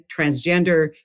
transgender